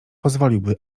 pozwoliłby